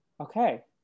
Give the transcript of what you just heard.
Okay